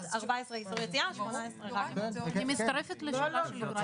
אני מצטרפת לשאלה של יוראי,